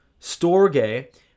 Storge